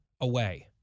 away